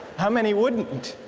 how many wouldn't?